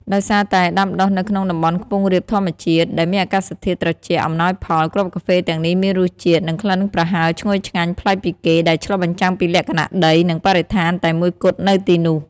ដោយសារតែដាំដុះនៅក្នុងតំបន់ខ្ពង់រាបធម្មជាតិ ដែលមានអាកាសធាតុត្រជាក់អំណោយផល គ្រាប់កាហ្វេទាំងនេះមានរសជាតិ និងក្លិនប្រហើរឈ្ងុយឆ្ងាញ់ប្លែកពីគេ ដែលឆ្លុះបញ្ចាំងពីលក្ខណៈដី និងបរិស្ថានតែមួយគត់នៅទីនោះ។